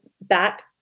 back